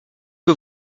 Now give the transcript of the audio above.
que